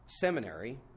seminary